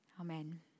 Amen